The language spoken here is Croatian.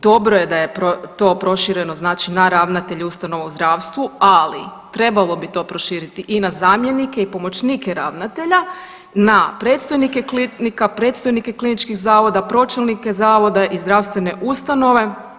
Dobro je da je to prošireno znači na ravnatelje ustanova u zdravstvu, ali trebalo bi to proširiti i na zamjenike i na pomoćnike ravnatelja, na predstojnike klinika, predstojnike kliničkih zavoda, pročelnike zavoda i zdravstvene ustanove.